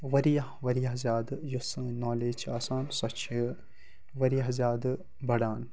واریاہ واریاہ زیادٕ یۄس سٲنۍ نالیج چھِ آسان سۄ چھِ واریاہ زیادٕ بَڑان